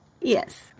Yes